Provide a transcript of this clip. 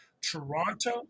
Toronto